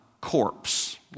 corpse